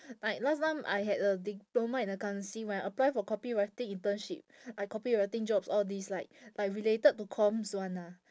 like last time I had a diploma in accountancy when I apply for copywriting internship I copywriting jobs all these like like related to comms one ah